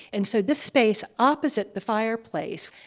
and so this space opposite the fireplace